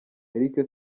eric